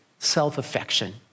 Self-affection